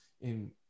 in-